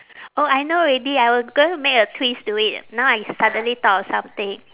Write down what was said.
oh I know already I was going to make a twist to it now I suddenly thought of something